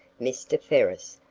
mr. ferris,